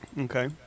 Okay